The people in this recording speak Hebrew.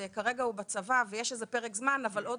כרגע הוא בצבא ויש פרק זמן אבל עוד